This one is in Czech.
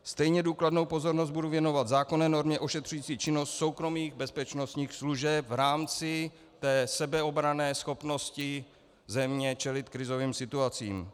Stejně důkladnou pozornost budu věnovat zákonné normě ošetřující činnost soukromých bezpečnostních služeb v rámci té sebeobranné schopnosti země čelit krizovým situacím.